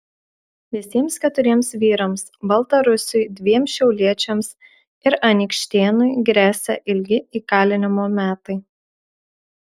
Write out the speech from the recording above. visiems keturiems vyrams baltarusiui dviem šiauliečiams ir anykštėnui gresia ilgi įkalinimo metai